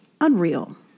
unreal